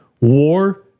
War